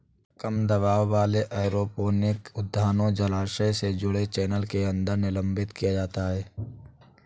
कम दबाव वाले एरोपोनिक उद्यानों जलाशय से जुड़े चैनल के अंदर निलंबित किया जाता है